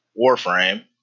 Warframe